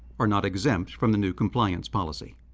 are not exempt from the new compliance policy.